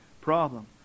problem